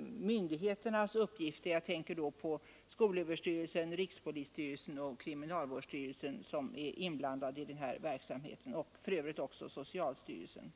myndigheternas uppgifter. Jag tänker då på skolöverstyrelsen, rikspolisstyrelsen och kriminalvårdsstyrelsen, som är inkopplade i den här verksamheten — för övrigt också socialstyrelsen.